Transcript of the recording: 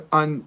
on